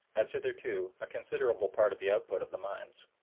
as hitherto, a considerable part of the output of the mines.